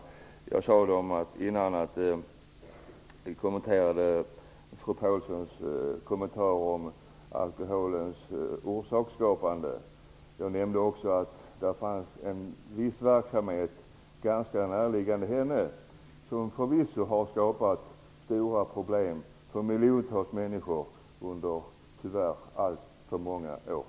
Sedan, fru Pålsson, nämnde jag när det gäller det här med alkoholen och orsakerna i det sammanhanget att det finns en viss henne ganska närliggande verksamhet som förvisso har skapat stora problem för miljontals människor under, tyvärr, alltför många år.